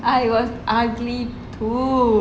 I was ugly too